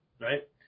right